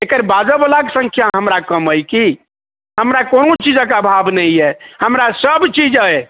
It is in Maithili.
एकर बाजैवलाके संख्या हमरा कम अइ कि हमरा कोनो चीजके अभाव नहि अइ हमरासब चीज अइ